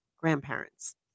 grandparents